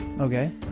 Okay